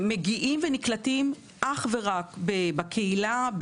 מגיעים ונקלטים אך ורק בקהילה,